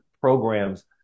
programs